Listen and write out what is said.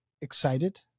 excited